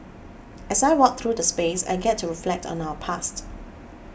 as I walk through the space I get to reflect on our past